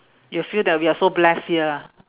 you feel that we are so blessed here ah